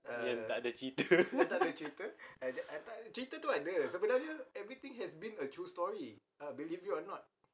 dengar cerita